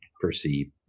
perceive